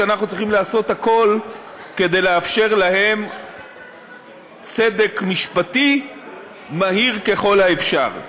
ואנחנו צריכים לעשות הכול כדי לאפשר להן צדק משפטי מהיר ככל האפשר.